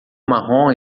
marrom